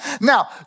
Now